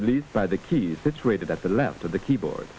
released by the keys situated at the left of the keyboard